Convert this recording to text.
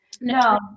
No